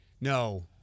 No